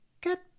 Get